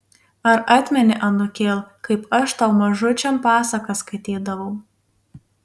ar atmeni anūkėl kaip aš tau mažučiam pasakas skaitydavau